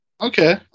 Okay